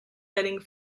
getting